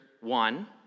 one